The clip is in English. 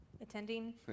attending